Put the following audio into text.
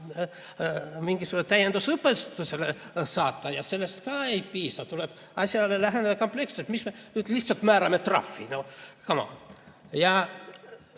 mingisugusele täiendusõpetusele saata. Ja sellest ka ei piisa, tuleb asjale läheneda kompleksselt, mis me nüüd lihtsalt määrame trahvi. Nocome on! Minu